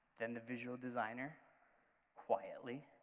then the visual designer quietly